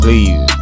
Please